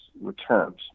returns